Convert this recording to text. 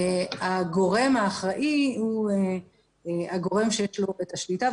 הגורם האחראי הוא הגורם שיש לו את השליטה.